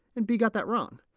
and b got that wrong,